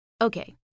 Okay